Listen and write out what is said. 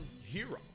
hero